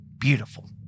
Beautiful